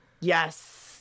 Yes